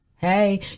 Hey